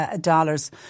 dollars